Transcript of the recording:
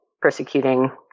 persecuting